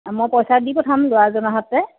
মই পইচা দি প্ৰথম ল'ৰাজনৰ হাততে